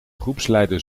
groepsleider